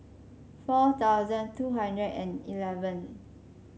four thousand two hundred and eleven